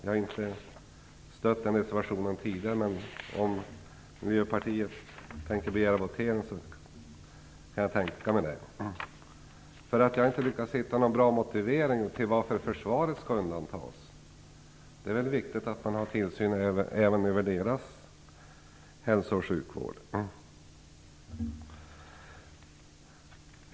Jag har inte tidigare stött den reservationen, men om Miljöpartiet tänker begära votering, kan jag tänka mig att göra det. Jag har inte lyckats finna någon bra motivering till att försvaret skall undantas. Det är väl viktigt att man har tillsyn även över dess hälso och sjukvård.